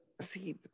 See